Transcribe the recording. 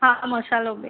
હા મસાલો બી